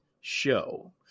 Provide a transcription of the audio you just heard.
show